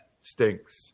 stinks